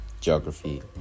geography